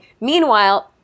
Meanwhile